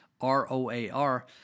r-o-a-r